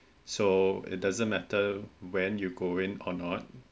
so it doesn't matter when you go in or not